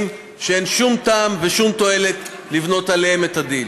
שאין שום טעם ושום תועלת לבנות עליהם את הדיל.